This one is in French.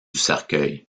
cercueil